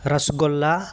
rasgulla